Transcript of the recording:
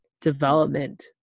development